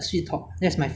let's go back